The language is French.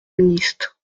ministre